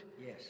Yes